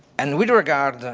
and with regard